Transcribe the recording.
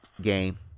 game